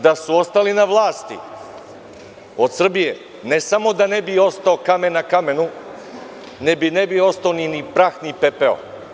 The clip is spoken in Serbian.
Da su ostali na vlasti, od Srbije ne samo da ne bi ostao kamen na kamenu, ne bi ostao ni prah ni pepeo.